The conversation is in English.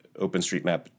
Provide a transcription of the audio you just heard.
OpenStreetMap